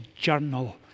journal